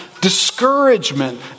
discouragement